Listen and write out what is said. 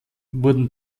wurden